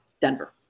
Denver